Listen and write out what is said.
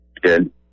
Good